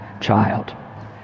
child